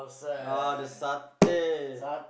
oh the satay